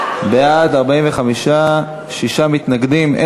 התשע"ד 2013,